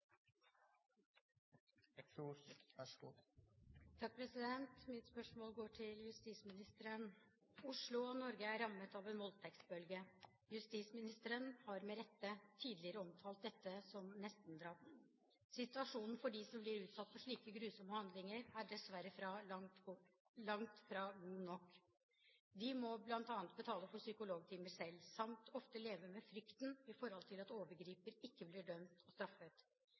eit så godt grunnlag som mogleg, og det er viktig å lytta til dei som køyrer denne strekninga, og som bur i området. Mitt spørsmål går til justisministeren: «Oslo og Norge er rammet av en voldtektsbølge. Statsråden har med rette tidligere omtalt dette som nestendrap. Situasjonen for dem som blir utsatt for slike grusomme handlinger, er dessverre langt fra god nok. De må bl.a. betale for psykologtimer selv samt ofte leve med frykten i forhold til at